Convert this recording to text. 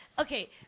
Okay